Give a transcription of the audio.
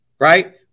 Right